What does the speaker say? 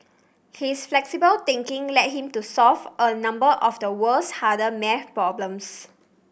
his flexible thinking led him to solve a number of the world's hard maths problems